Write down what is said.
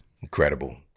Incredible